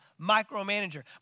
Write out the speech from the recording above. micromanager